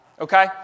okay